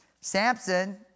Samson